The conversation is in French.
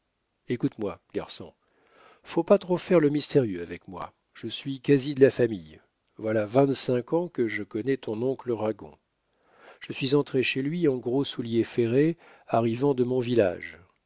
écoute-moi garçon faut pas trop faire le mystérieux avec moi je suis quasi de la famille voilà vingt-cinq ans que je connais ton oncle ragon je suis entré chez lui en gros souliers ferrés arrivant de mon village